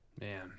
man